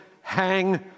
Hang